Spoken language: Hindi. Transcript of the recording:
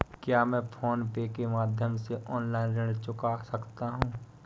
क्या मैं फोन पे के माध्यम से ऑनलाइन ऋण चुका सकता हूँ?